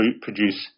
produce